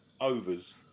Overs